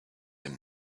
him